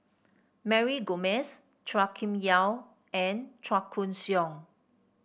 Mary Gomes Chua Kim Yeow and Chua Koon Siong